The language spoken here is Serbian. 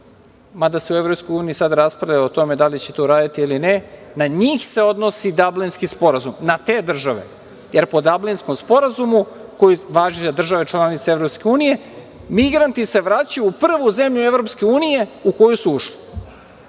mada se u EU sada raspravljamo o tome da li će to uraditi ili ne, na njih se odnosi Dablinski sporazum, na te države. Po Dablinskom sporazumu koji važi za države članice EU migranti se vraćaju u prvu zemlju EU u koju su ušli.